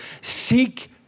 Seek